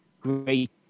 great